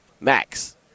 max